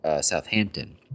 Southampton